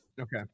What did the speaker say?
Okay